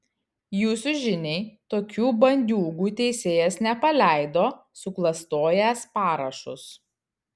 jūsų žiniai tokių bandiūgų teisėjas nepaleido suklastojęs parašus